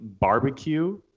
barbecue